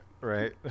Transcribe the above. right